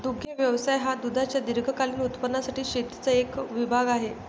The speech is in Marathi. दुग्ध व्यवसाय हा दुधाच्या दीर्घकालीन उत्पादनासाठी शेतीचा एक विभाग आहे